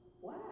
Wow